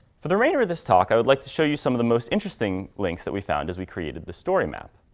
for the remainder of this talk, i would like to show you some of the most interesting links that we found as we created the story map.